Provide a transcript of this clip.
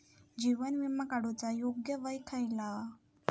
जीवन विमा काडूचा योग्य वय खयला?